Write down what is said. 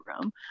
room